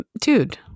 dude